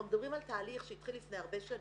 אנחנו מדברים על תהליך שהתחיל לפני הרבה שנים,